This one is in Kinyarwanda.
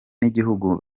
n’igihugu